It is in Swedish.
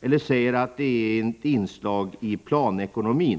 eller att det är fråga om ett inslag i en planekonomi.